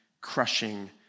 crushing